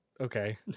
okay